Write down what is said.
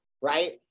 right